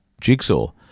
jigsaw